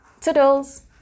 toodles